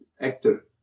actor